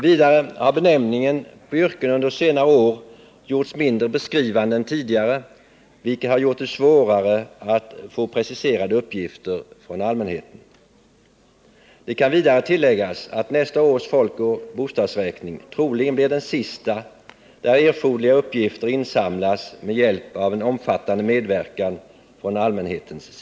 Vidare har under senare år benämningen på yrken gjorts mindre beskrivande än tidigare, vilket har gjort det svårare att få preciserade uppgifter från allmänheten. Det kan tilläggas att nästa års folkoch bostadsräkning troligen blir den sista, där erforderliga uppgifter insamlas med hjälp av en omfattande medverkan från allmänheten.